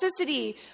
toxicity